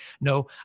No